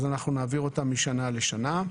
אז אנחנו נעביר אותם משנה לשנה.